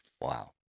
Wow